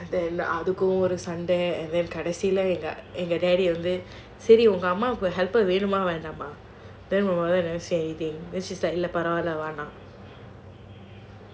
அதுக்கும் ஒரு சண்டை கடைசில வந்து சரி உங்க அம்மாக்கு:adhukkum oru sanda kadaisila vandhu sari unga ammakku help வேணுமா வேணாமா:venumaa venaamaa then my mother never say anything then இல்ல பரவால்ல வேணாம்:illa paravaala venaam